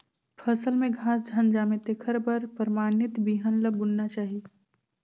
फसल में घास झन जामे तेखर बर परमानित बिहन ल बुनना चाही